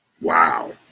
Wow